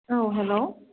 औ हेलौ